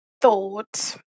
thought